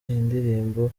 indirimbo